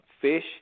fish